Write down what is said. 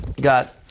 got